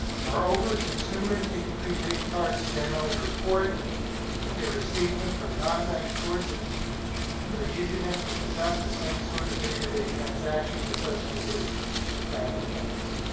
moreover, consumers using prepaid cards generally report that they received them from nonbank sources but are using them to conduct the same sort of day-to-day transactions associated with bank accounts.